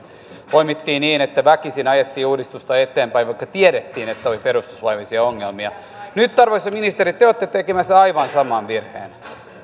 poimittiin niin että väkisin ajettiin uudistusta eteenpäin vaikka tiedettiin että oli perustuslaillisia ongelmia nyt arvoisa ministeri te olette tekemässä aivan saman virheen